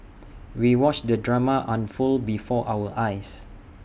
we watched the drama unfold before our eyes